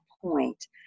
point